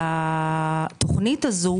והתוכנית הזו,